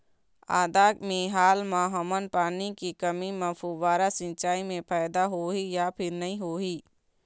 आदा मे हाल मा हमन पानी के कमी म फुब्बारा सिचाई मे फायदा होही या फिर नई होही?